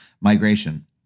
migration